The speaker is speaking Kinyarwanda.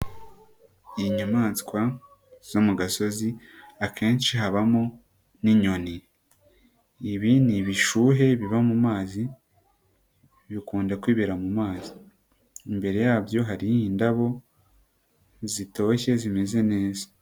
Inyamaswa zo mu gasozi akenshi habamo n'inyoni, ib ni ibishuhe biba mu mazi, bikunda kwibera mu mazi, imbere yabyo hari indabo zitoshye zimeze neza.